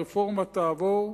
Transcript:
הרפורמה תעבור,